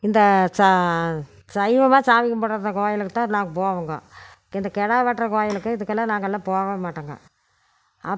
இந்த சா சைவமாக சாமி கும்பிட்ற அந்த கோயிலுக்குத்தான் நாங்க போவோங்க இந்த கிடா வெட்டுற கோயிலுக்கு இதுக்கெல்லாம் நாங்கள்லாம் போக மாட்டோங்க அப்